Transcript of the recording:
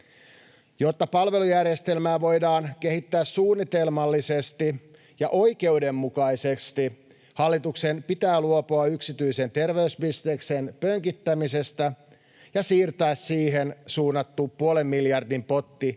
Jotta palvelujärjestelmää voidaan kehittää suunnitelmallisesti ja oikeudenmukaisesti, hallituksen pitää luopua yksityisen terveysbisneksen pönkittämisestä ja siirtää siihen suunnattu puolen miljardin potti